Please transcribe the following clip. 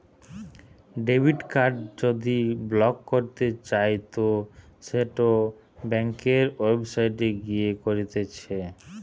debit card যদি block করতে চাইতো সেটো ব্যাংকের ওয়েবসাইটে গিয়ে করতিছে